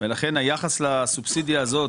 ולכן היחס לסובסידיה הזאת,